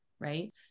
Right